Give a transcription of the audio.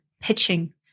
pitching